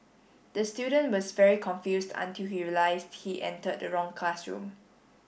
the student was very confused until he realised he entered the wrong classroom